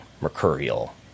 mercurial